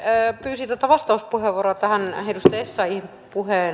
pyysin tätä vastauspuheenvuoroa tähän edustaja essayahin